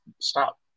stop